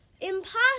Impossible